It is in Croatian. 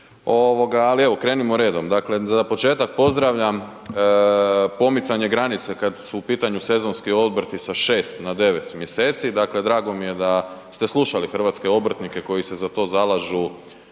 ali evo ga krenimo redom. Dakle, za početak pozdravljam pomicanje granice kad su u pitanju sezonski obrti sa 6 na 9 mjeseci. Dakle, drago mi je da ste slušali hrvatske obrtnike koji se za to zalažu,